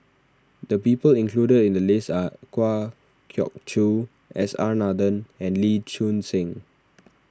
the people included in the list are Kwa Geok Choo S R Nathan and Lee Choon Seng